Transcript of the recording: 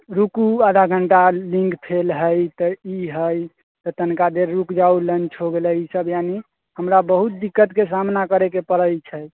रुकू आधा घण्टा लिंक फेल है तऽ ई है तऽ तनिका देर रुक जाउ लंच हो गेलै ई सभ यानि हमरा बहुत दिक्कतके सामना करैके पड़ै छै